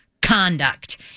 Conduct